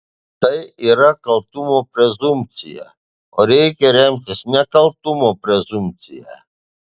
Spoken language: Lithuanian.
tai yra kaltumo prezumpcija o reikia remtis nekaltumo prezumpcija